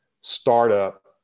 startup